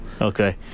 Okay